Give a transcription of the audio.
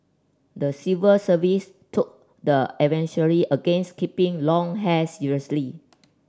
the civil service took the advisory against keeping long hair seriously